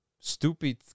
stupid